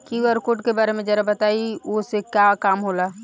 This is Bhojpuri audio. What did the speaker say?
क्यू.आर कोड के बारे में जरा बताई वो से का काम होला?